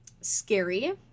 Scary